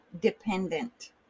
dependent